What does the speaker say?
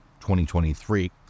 2023